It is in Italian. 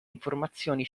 informazioni